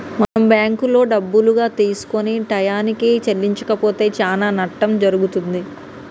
మనం బ్యాంకులో డబ్బులుగా తీసుకొని టయానికి చెల్లించకపోతే చానా నట్టం జరుగుతుంది